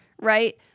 right